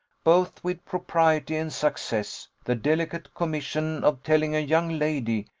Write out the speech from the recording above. both with propriety and success, the delicate commission of telling a young lady,